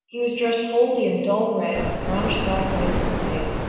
he was dressed wholly in dull red with brownish-black wings and tail.